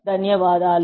ధన్యవాదాలు